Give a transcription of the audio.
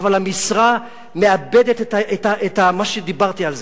אבל המשרה מאבדת את מה שדיברתי עליו,